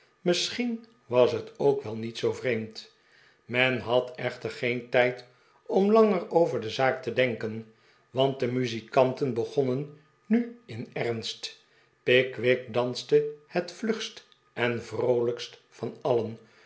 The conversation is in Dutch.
misschien was het ook wel niet zoo vreemd men had echter geen tijd om langer over de zaak te denken want de muzikanten begonnen nu in ernst pickwick danste het vlugst en vroolijkst van alien